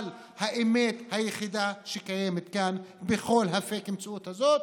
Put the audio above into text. אבל האמת היחידה שקיימת כאן בכל הפייק מציאות הזאת